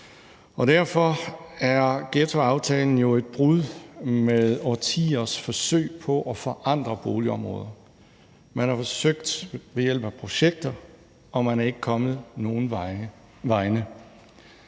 Derfor er ghettoaftalen jo et brud med årtiers forsøg på at forandre boligområder. Man har forsøgt ved hjælp af projekter, men man er ikke kommet nogen vegne.